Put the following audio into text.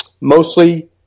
mostly